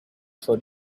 for